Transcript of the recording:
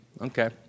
Okay